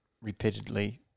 repeatedly